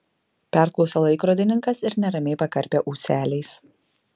perklausė laikrodininkas ir neramiai pakarpė ūseliais